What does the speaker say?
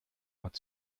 but